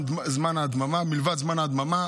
מלבד זמן ההדממה,